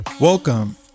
Welcome